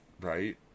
right